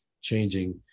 changing